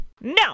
No